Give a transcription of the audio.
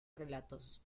relatos